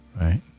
right